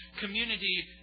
community